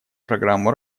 программу